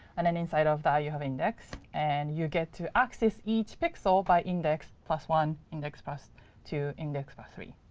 and then inside of that, you have index. and you get to access each pixel by index plus one, index plus two, index plus three.